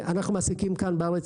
אנחנו מעסיקים כאן בארץ,